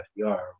FDR